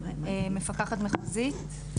מפקחת מחוזית,